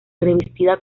revestida